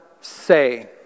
say